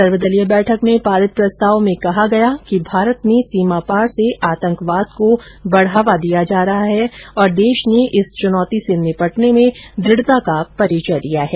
सर्वदलीय बैठक में पारित प्रस्ताव में कहा गया है कि भारत में सीमापार से आतंकवाद को बढ़ावा दिया जा रहा है और देश ने इस चुनौती से निपटने में दुढ़ता का परिचय दिया है